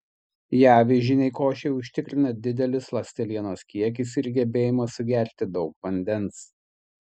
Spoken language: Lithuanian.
ją avižinei košei užtikrina didelis ląstelienos kiekis ir gebėjimas sugerti daug vandens